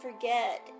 forget